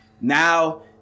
now